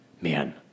man